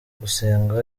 gusenga